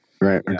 Right